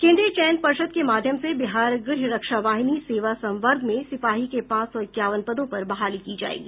केन्द्रीय चयन पर्षद के माध्यम से बिहार गृह रक्षावाहिनी सेवा संवर्ग में सिपाही के पांच सौ इक्यावन पदों पर बहाली की जायेगी